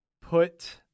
put